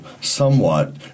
somewhat